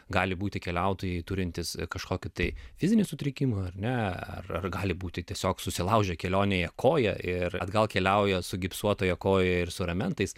gali būti keliautojai turintys kažkokį tai fizinių sutrikimų ar ne ar gali būti tiesiog susilaužė kelionėje koją ir atgal keliauja sugipsuotąją koją ir su ramentais